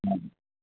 ம்